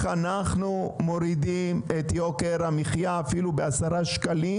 אנחנו מורידים את יוקר המחיר אפילו ב-10 שקלים.